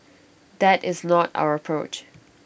that is not our approach